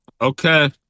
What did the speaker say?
Okay